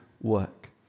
work